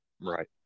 right